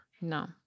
No